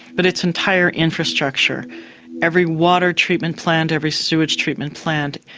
but its entire infrastructure every water treatment plant, every sewage treatment plant,